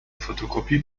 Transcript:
فتوکپی